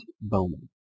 Bowman